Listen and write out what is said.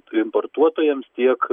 importuotojams tiek